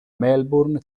melbourne